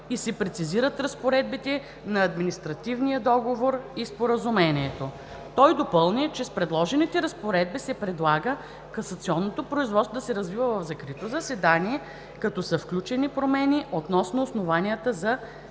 и се прецизират разпоредбите на административния договор и споразумението. Той допълни, че с предложените разпоредби се предлага касационното производство да се развива в закрито заседание като са включени промени относно основанията за